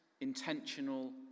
intentional